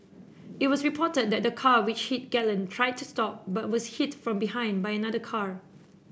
it was reported that the car which hit Galen tried to stop but was hit from behind by another car